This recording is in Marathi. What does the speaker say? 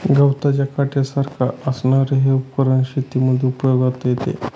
गवताच्या काट्यासारख्या असणारे हे उपकरण शेतीमध्ये उपयोगात येते